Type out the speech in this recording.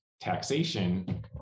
taxation